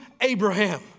Abraham